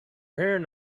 hearing